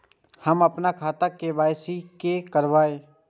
हम अपन खाता के के.वाई.सी के करायब?